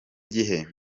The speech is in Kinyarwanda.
gihe